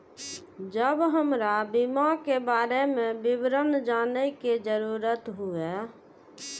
जब हमरा बीमा के बारे में विवरण जाने के जरूरत हुए?